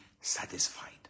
satisfied